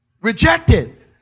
Rejected